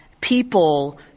people –